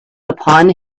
upon